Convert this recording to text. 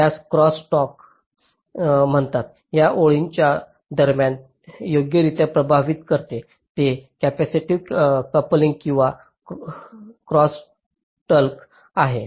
ज्यास cross talk म्हणतात त्या ओळींच्या दरम्यान योग्यरित्या प्रभावित करते हे कॅपेसिटिव्ह कपलिंग किंवा क्रॉसटल्क आहे